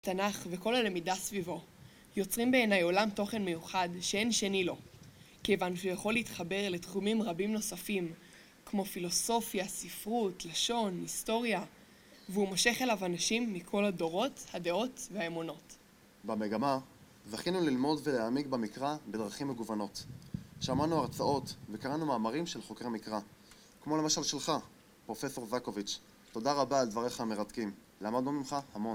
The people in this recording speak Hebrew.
תנ״ך, וכל הלמידה סביבו, יוצרים בעיני עולם תוכן מיוחד שאין שני לו, כיוון שהוא יכול להתחבר אל תחומים רבים נוספים, כמו פילוסופיה, ספרות, לשון, היסטוריה, והוא מושך אליו אנשים מכל הדורות, הדעות והאמונות. במגמה, זכינו ללמוד ולהעמיק במקרא בדרכים מגוונות. שמענו הרצאות וקראנו מאמרים של חוקרי מקרא, כמו למשל שלך, פרופסור זקוביץ'. תודה רבה על דבריך המרתקים. למדנו ממך המון.